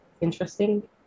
interesting